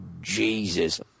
Jesus